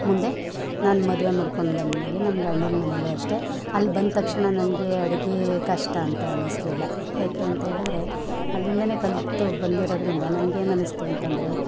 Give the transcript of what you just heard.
ಮುಂದೆ ನಾನು ಮದುವೆ ಮಾಡ್ಕೊಂಡು ಬಂದಮೇಲೆ ನಮ್ಮ ಗಂಡನ ಮನೆಯಲ್ಲೂ ಅಷ್ಟೇ ಅಲ್ಲಿ ಬಂದ ತಕ್ಷಣ ನನಗೆ ಅಡುಗೆ ಕಷ್ಟ ಅಂತ ಅನ್ನಿಸ್ಲಿಲ್ಲ ಯಾಕೆ ಅಂತ ಹೇಳಿದ್ರೆ ಅಲ್ಲಿಂದನೇ ಕಲಿತು ಬಂದಿರೋದ್ರಿಂದ ನನ್ಗೇನು ಅನ್ನಿಸ್ತು ಅಂತಂದರೆ